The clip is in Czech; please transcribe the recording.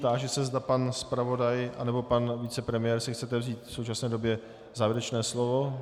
Táži se, zda pan zpravodaj anebo pan vicepremiér si chce vzít v současné době závěrečné slovo.